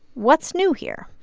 what's new here?